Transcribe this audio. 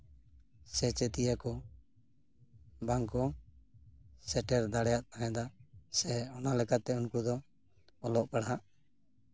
ᱥᱮᱪᱮᱫᱤᱭᱟᱹ ᱠᱚ ᱵᱟᱝᱠᱚ ᱥᱮᱴᱮᱨ ᱫᱟᱲᱮᱭᱟᱜ ᱛᱟᱦᱮᱸᱫᱟ ᱥᱮ ᱚᱱᱟ ᱞᱮᱠᱟᱛᱮ ᱩᱱᱠᱩ ᱫᱚ ᱚᱞᱚᱜ ᱯᱟᱲᱦᱟᱜ